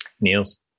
Niels